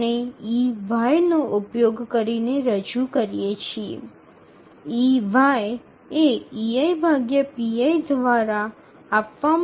আমরা ey ব্যবহার করে এটাকে প্রকাশ করি